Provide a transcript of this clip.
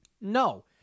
No